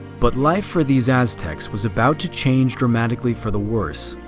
but life for these aztecs was about to change dramatically for the worse,